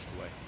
away